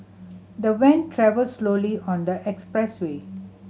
the van travelled slowly on the expressway